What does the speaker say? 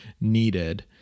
needed